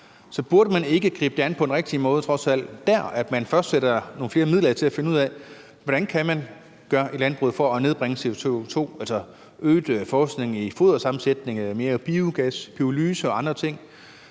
man trods alt ikke gribe det an på den rigtige måde dér, sådan at man først sætter nogle flere midler af til at finde ud af, hvad man kan gøre i landbruget for at nedbringe CO2-udslippet, altså øget forskning i fodersammensætning, mere biogas, pyrolyse og andre ting?